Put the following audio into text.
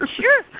sure